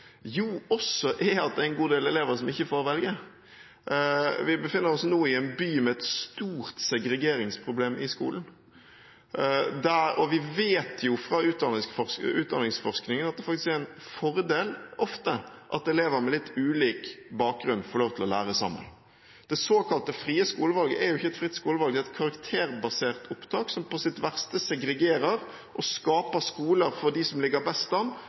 jo også er at det er en god del elever som ikke får velge. Vi befinner oss nå i en by med et stort segregeringsproblem i skolen, og vi vet fra utdanningsforskningen at det ofte er en fordel at elever med litt ulik bakgrunn får lov til å lære sammen. Det såkalte frie skolevalget er jo ikke et fritt skolevalg, det er et karakterbasert opptak, som på sitt verste segregerer og skaper egne skoler for dem som ligger